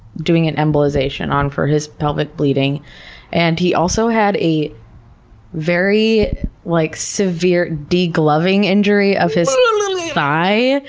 doing an embolization on for his pelvic bleeding and he also had a very like severe degloving injury of his thigh.